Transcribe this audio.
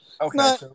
Okay